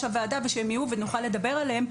הוועדה ושהם יהיו ונוכל לדבר עליהם,